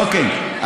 אוקיי.